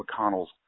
McConnell's